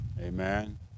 amen